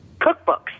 cookbooks